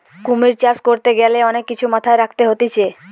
কুমির চাষ করতে গ্যালে অনেক কিছু মাথায় রাখতে হতিছে